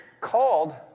called